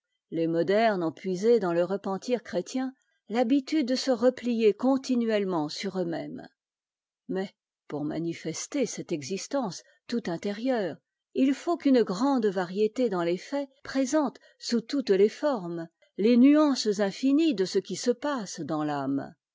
les modernes ont puisé dans le repentir chrétien l'habitude de se replier continuellement sur eux-mêmes mais pour manifester cette existence tout intérieure il faut qu'une grande variété dans les faits présente sous toutes les formes les nuances infi nies de ce qui se passe dans t'âme